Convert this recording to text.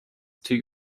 two